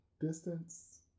Distance